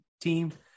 team